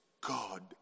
God